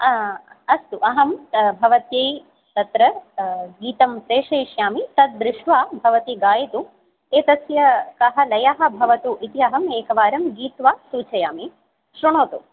अस्तु अहं भवत्यै तत्र गीतं प्रेषयिष्यामि तद्दृष्ट्वा भवती गायतु एतस्य कः लयः भवतु इति अहम् एकवारं गीत्वा सूचयामी शृणोतु